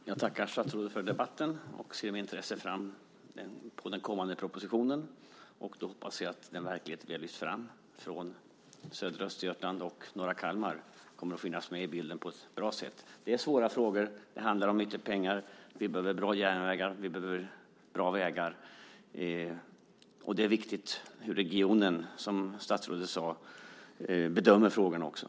Herr talman! Jag tackar statsrådet för debatten och ser med intresse fram mot den kommande propositionen. Då hoppas jag att den verklighet som vi från södra Östergötland och norra Kalmar har lyft fram kommer att finnas med i bilden på ett bra sätt. Det här är svåra frågor. Det handlar om mycket pengar. Vi behöver bra järnvägar och vägar. Det är också viktigt hur regionen bedömer frågorna, som statsrådet sade.